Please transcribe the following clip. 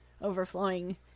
overflowing